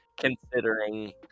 considering